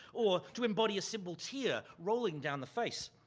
or to embody a simple tear rolling down the face.